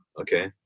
Okay